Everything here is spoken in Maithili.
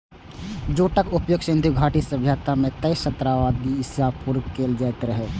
जूटक उपयोग सिंधु घाटी सभ्यता मे तेसर सहस्त्राब्दी ईसा पूर्व कैल जाइत रहै